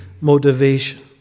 motivation